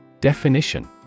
Definition